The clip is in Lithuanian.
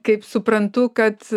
kaip suprantu kad